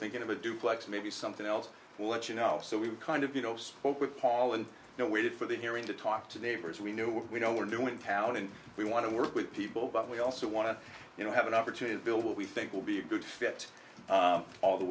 thinking of a duplex maybe something else we'll let you know so we kind of you know spoke with paul and you know we did for the hearing to talk to neighbors we knew what we know we're doing town and we want to work with people but we also want to you know have an opportunity to build what we think will be a good fit all the